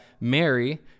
Mary